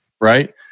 right